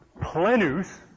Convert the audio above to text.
plenus